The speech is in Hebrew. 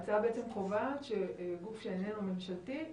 ההצעה קובעת שגוף שאיננו ממשלתי,